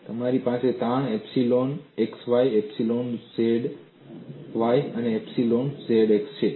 અને તમારી પાસે તાણ એપ્સીલોન xy એપ્સીલોન yz અને એપ્સીલોન zx છે